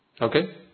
okay